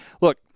look